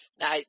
now